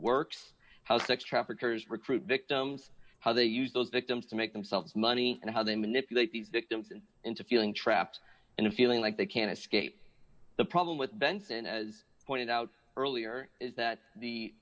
traffickers recruit victims how they use those victims to make themselves money and how they manipulate these victims into feeling trapped in a feeling like they can escape the problem with benson as pointed out earlier is that the